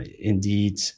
indeed